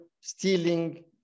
stealing